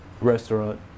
restaurant